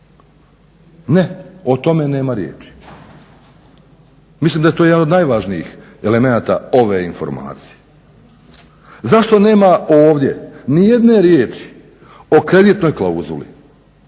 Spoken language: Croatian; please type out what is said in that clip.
Ne, o tome nema riječi. Mislim da je to jedan od najvažnijih elemenata ove informacije. Zašto nema ovdje nijedne riječi o kreditnoj klauzuli